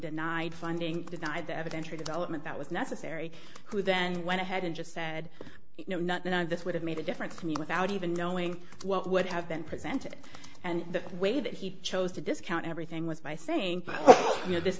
denied funding deny the evidence or development that was necessary who then went ahead and just said you know this would have made a difference to me without even knowing what would have been presented and the way that he chose to discount everything was by saying you know this